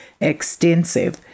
extensive